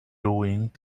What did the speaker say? doing